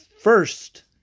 first